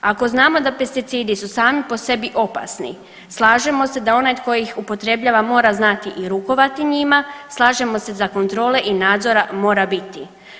Ako znamo da pesticidi su sami po sebi opasni slažemo se da onaj tko ih upotrebljava mora znati i rukovati njima, slažemo se da kontrole i nadzora mora biti.